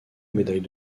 médaille